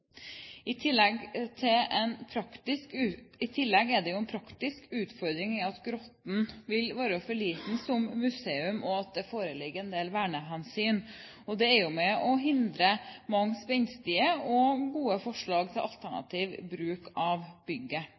I tillegg er det en praktisk utfordring at Grotten vil være for liten som museum, og at det foreligger en del vernehensyn. Det er med og hindrer mange spenstige og gode forslag til alternativ bruk av bygget.